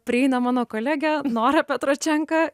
prieina mano kolegė nora petročenka